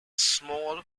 small